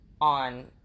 on